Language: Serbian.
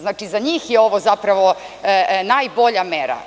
Znači, za njih je ovo zapravo najbolja mera.